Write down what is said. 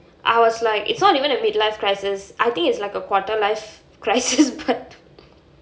I was like it's not even a midlife crisis I think it's like a quarter life crisis but